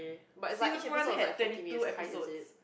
but it's like each episode is like forty minutes kind is it